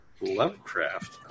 Lovecraft